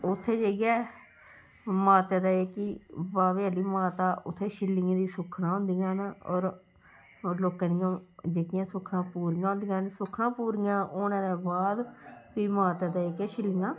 उत्थै जाइयै माता दे जेह्की बाबे आह्ली माता उत्थै छिल्लियें दी सुक्खना होंदियां न होर लोकें दियां जेह्कियां सुक्खना पूरियां होंदियां न सुक्खनां पूरियां होने दे बाद फ्ही माता दे जेह्कियां छिल्लियां